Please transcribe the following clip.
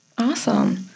Awesome